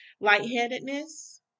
lightheadedness